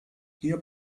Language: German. hier